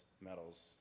medals